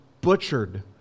butchered